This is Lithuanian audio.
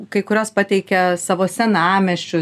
kai kurios pateikia savo senamiesčių